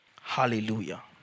Hallelujah